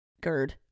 gerd